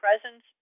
presence